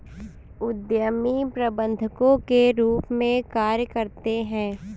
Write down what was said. उद्यमी प्रबंधकों के रूप में कार्य करते हैं